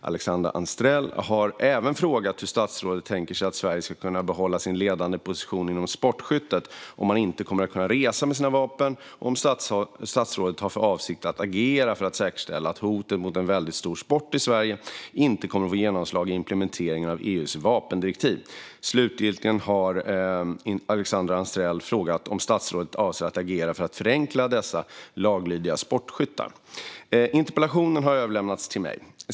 Alexandra Anstrell har även frågat hur statsrådet tänker sig att Sverige ska kunna behålla sin ledande position inom sportskyttet om man inte kommer att kunna resa med sina vapen och om statsrådet har för avsikt att agera för att säkerställa att hoten mot en väldigt stor sport i Sverige inte kommer att få genomslag i implementeringen av EU:s vapendirektiv. Slutligen har Alexandra Anstrell frågat om statsrådet avser att agera för att förenkla för dessa laglydiga sportskyttar. Interpellationen har överlämnats till mig.